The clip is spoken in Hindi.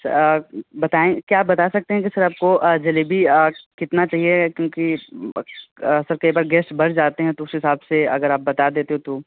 बताएं क्या आप बता सकते है कि सर आपको जलेबी कितना चाहिए क्योंकि सर कई बार गेस्ट बढ़ जाते हैं तो उस हिसाब से अगर आप बता देते तो